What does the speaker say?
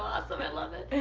awesome. i love it.